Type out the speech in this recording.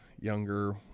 younger